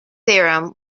theorem